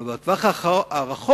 אבל בטווח הרחוק